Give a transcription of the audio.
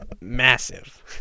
massive